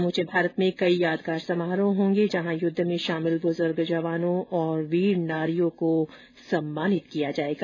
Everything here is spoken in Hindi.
समूवे भारत में कई यादगार समारोह होंगे जहां युद्ध में शामिल बुजुर्ग जवानों और वीर नारियों को सम्मानित किया जाएगा